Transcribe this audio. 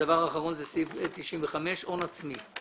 הסעיף האחרון, סעיף 95, הון עצמי.